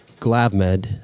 GlavMed